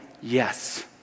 Yes